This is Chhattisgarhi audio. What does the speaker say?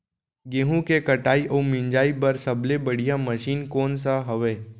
गेहूँ के कटाई अऊ मिंजाई बर सबले बढ़िया मशीन कोन सा हवये?